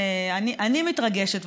אני מתרגשת,